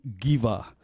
giver